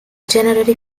generally